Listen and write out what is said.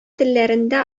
телләрендә